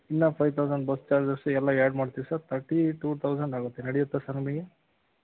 ಇನ್ನೂ five thousand bus charges ಎಲ್ಲ add ಮಾಡ್ತೀವಿ ಸರ್ ತರ್ಟೀ ಟೂ ತೌಸಂಡ್ ಆಗುತ್ತೆ ನಡಿಯುತ್ತಾ ಸರ್ ನಿಮಗೆ